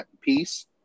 piece